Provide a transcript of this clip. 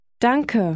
Danke